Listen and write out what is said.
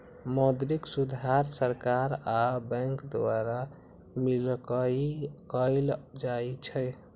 मौद्रिक सुधार सरकार आ बैंक द्वारा मिलकऽ कएल जाइ छइ